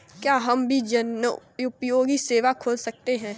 क्या हम भी जनोपयोगी सेवा खोल सकते हैं?